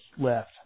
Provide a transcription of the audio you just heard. left